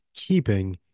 keeping